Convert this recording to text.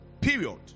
period